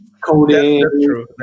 coding